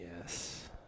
Yes